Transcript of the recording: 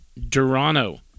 Durano